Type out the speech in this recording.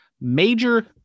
major